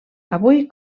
avui